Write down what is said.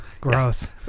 gross